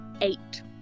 Eight